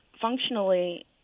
functionally